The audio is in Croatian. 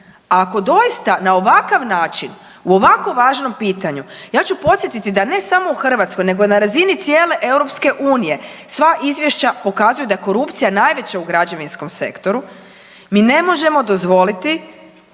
Ako doista na ovakav način u ovako važnom pitanju, ja ću podsjetiti da ne samo u Hrvatskoj nego na razini cijele EU sva izvješća pokazuju da je korupcija najveća u građevinskom sektoru, mi ne možemo dozvoliti